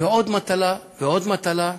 ועוד מטלה, ועוד מטלה.